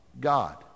God